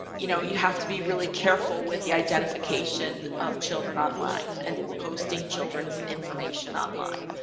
you know you have to be really careful with the identification of children online and posting children's information online.